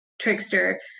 Trickster